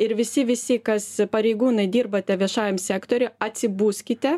ir visi visi kas pareigūnai dirbate viešajam sektoriui atsibuskite